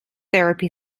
therapy